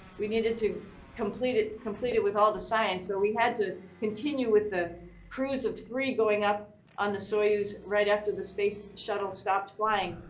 we needed to complete it complete it with all the science. so we had to continue with the crews of three going up on the soyuz, right after the space shuttle stopped flying.